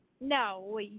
No